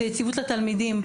ויציבות לתלמידים.